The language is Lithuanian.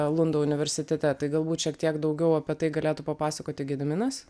lundo universitete tai galbūt šiek tiek daugiau apie tai galėtų papasakoti gediminas